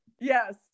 Yes